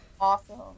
Awesome